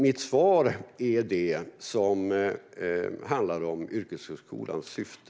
Mitt svar handlar om yrkeshögskolans syfte .